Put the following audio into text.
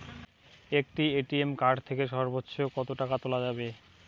একটি ATM card থেকে সর্বোচ্চ কত টাকা তোলা যাবে?